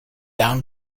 down